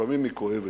לפעמים היא כואבת.